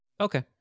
okay